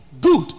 Good